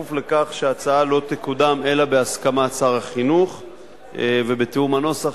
בכפוף לכך שההצעה לא תקודם אלא בהסכמת שר החינוך ובתיאום הנוסח,